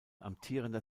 amtierender